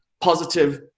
positive